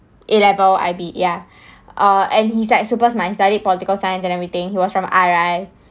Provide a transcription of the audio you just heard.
A level I_B ya err and he's like super smart he study political science and everything he was from R_I